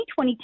2022